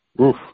Oof